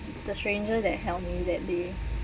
the stranger that help me that day